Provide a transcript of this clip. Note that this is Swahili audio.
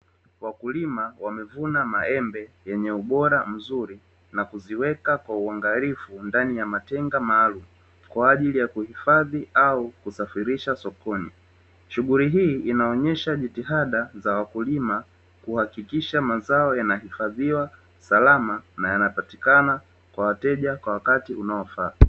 Wakulima wamevuna maembe yenye ubora mzuri na kuziweka kwa uangalifu ndani ya matenga maalumu. Kwa ajili ya kuhifadhi au kusafirisha sokoni, shughuli hii inaonyesha jitihada za wakulima kuhakikisha mazao yanahifadhiwa salama na yanapatikana kwa wateja kwa wakati unaowafaa.